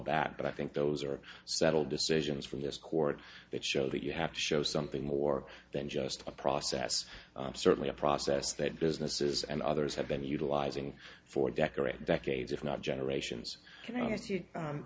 back but i think those are settled decisions from this court that show that you have to show something more than just a process certainly a process that businesses and others have been utilizing for decorating decades if not generations